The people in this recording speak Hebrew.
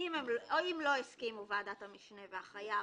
אם לא הסכימו ועדת המשנה והחייב,